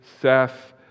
Seth